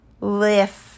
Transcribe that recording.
lift